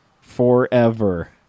forever